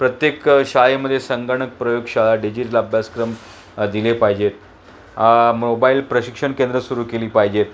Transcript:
प्रत्येक शाळेमध्ये संगणक प्रयोग शाळा डिजिटल अभ्यासक्रम दिले पाहिजेत मोबाईल प्रशिक्षण केंद्र सुरू केली पाहिजेत